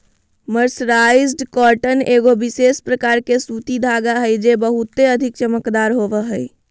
mercerised cotton एगो विशेष प्रकार के सूती धागा हय जे बहुते अधिक चमकदार होवो हय